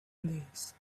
days